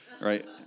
right